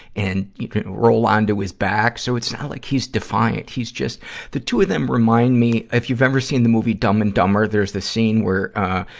and roll onto his back. so it's not like he's defiant. he's just the two of them remind me, if you've ever seen the movie dumb and dumber, there's the scene where, ah,